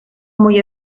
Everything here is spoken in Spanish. muy